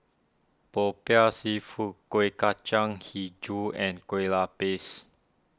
Popiah Seafood Kuih Kacang HiJau and Kueh Lupis